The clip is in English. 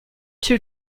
two